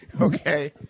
Okay